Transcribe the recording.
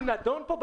הוא נדון פה,